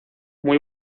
muy